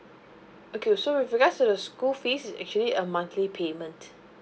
okay so with regard to the school fees it's actually a monthly payment